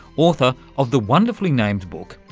author of the wonderfully named book,